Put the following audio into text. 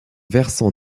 versant